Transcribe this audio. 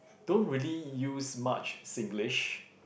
don't really use much Singlish